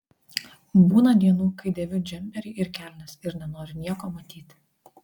būna dienų kai dėviu džemperį ir kelnes ir nenoriu nieko matyti